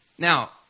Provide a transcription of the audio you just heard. Now